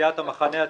סיעת המחנה הציוני,